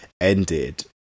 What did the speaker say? ended